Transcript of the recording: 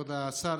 כבוד השר,